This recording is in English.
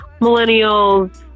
millennials